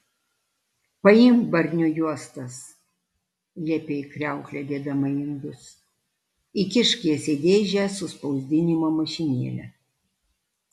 paimk barnio juostas liepė į kriauklę dėdama indus įkišk jas į dėžę su spausdinimo mašinėle